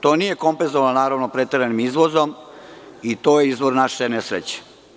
To nije kompenzovano preteranim izvozom i to je izvor naše nesreće.